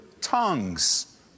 tongues